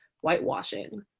whitewashing